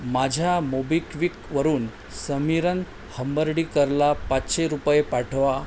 माझ्या मोबिक्विकवरून समीरन हंबर्डीकरला पाचशे रुपये पाठवा